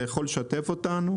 אתה יכול לשתף אותנו?